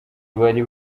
bari